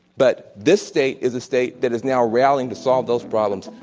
but this state is a state that is now rallying to solve those problems.